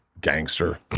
gangster